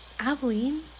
Aveline